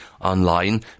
online